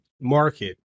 market